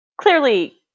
clearly